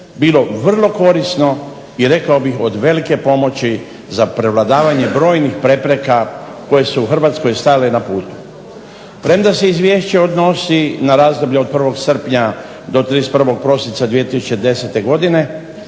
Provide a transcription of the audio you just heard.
bilo vrlo korisno i rekao bih od velike pomoći za prevladavanje brojnih prepreka koje su Hrvatskoj stajale na putu. Premda se izvješće odnosi na razdoblje od 1. srpnja do 31. prosinca 2010. godine